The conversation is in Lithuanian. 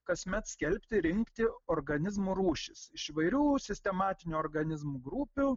kasmet skelbti rinkti organizmų rūšis iš įvairių sistematinių organizmų grupių